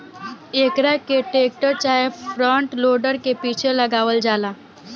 एकरा के टेक्टर चाहे फ्रंट लोडर के पीछे लगावल जाला